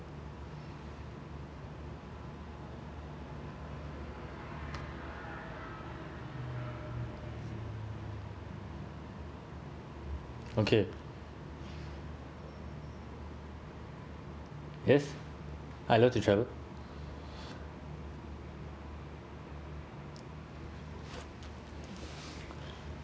okay yes I love to travel